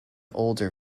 older